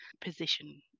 position